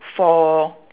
for